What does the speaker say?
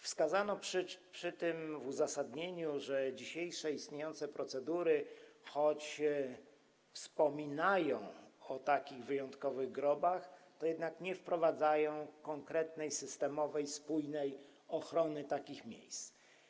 Wskazano przy tym w uzasadnieniu, że dzisiejsze, istniejące procedury, choć wspominają o takich wyjątkowych grobach, to jednak nie wprowadzają konkretnej systemowej, spójnej ochrony takich miejsc.